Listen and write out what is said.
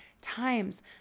times